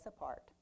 apart